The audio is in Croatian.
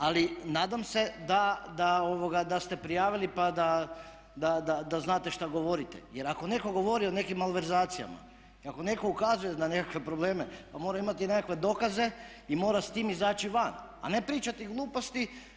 Ali nadam se da ste prijavili pa da znate šta govorite, jer ako netko govori o nekim malverzacijama i ako netko ukazuje na nekakve probleme, pa mora imati nekakve dokaze i mora s tim izaći van, a ne pričati gluposti.